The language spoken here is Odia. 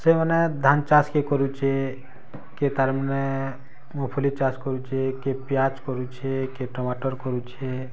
ସେମାନେ ଧାନ୍ ଚାଷ୍ କେ କରୁଛେ କେ ତାର୍ମାନେ ମୁଫଲି ଚାଷ୍ କରୁଛେ କେ ପିଆଜ୍ କରୁଛେ କେ ଟୋମାଟର୍ କରୁଛେ